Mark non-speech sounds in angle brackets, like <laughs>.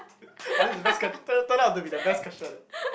<laughs> oh this is the best quest turn turn out to be the best question eh